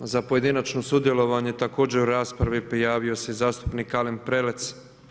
Za pojedinačno sudjelovanje također u raspravi prijavio se zastupnik Alen Prelec.